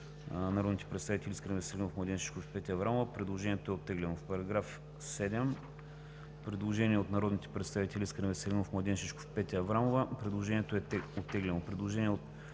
народните представители Искрен Веселинов, Младен Шишков и Петя Аврамова. Предложението е оттеглено.